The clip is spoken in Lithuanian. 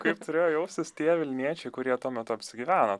kaip turėjo jaustis tie vilniečiai kurie tuo metu apsigyveno